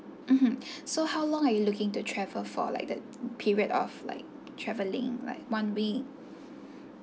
mmhmm so how long are you looking to travel for like the period of like travelling like one week